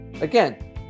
again